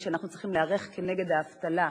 מדיניות שבמודע יוצרת אבטלה.